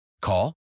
Call